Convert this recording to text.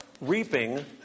reaping